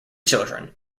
children